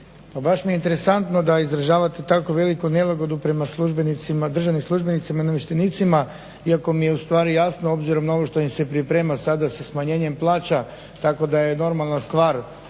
baš mi je interesantno da izražavate takvu veliku nelagodu prema državnim službenicima i namještenicima iako mi je ustvari jasno obzirom na ovo što im se priprema sada sa smanjenjem plaća tako da je normalna stvar